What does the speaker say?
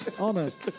honest